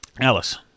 Alice